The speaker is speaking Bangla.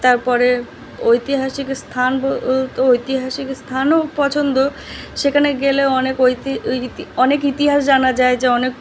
তারপরে ঐতিহাসিক স্থান ব ঐতিহাসিক স্থানও পছন্দ সেখানে গেলে অনেক ঐতি ইতি অনেক ইতিহাস জানা যায় যে অনেক